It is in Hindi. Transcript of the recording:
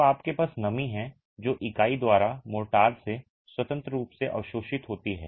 तो आपके पास नमी है जो इकाई द्वारा मोर्टार से स्वतंत्र रूप से अवशोषित होती है